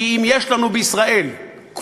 כי אם יש לנו בישראל קבוצה